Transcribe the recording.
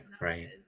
right